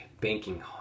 banking